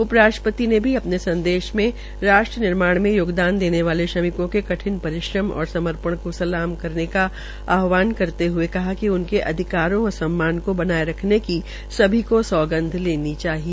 उप राष्ट्रपति ने आने संदेश में राष्ट्र निर्माण में योगदान देने वाले श्रमिकों के कठिन परिश्रम और समपर्ण को सलाम करने का आहवान करते हये कहा कि उनके अधिकारों व सम्मान को बनाये रखने की सभी को सौगंध लेनी चाहिए